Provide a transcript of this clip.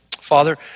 Father